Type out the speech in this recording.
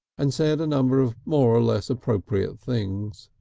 and said a number of more or less appropriate things.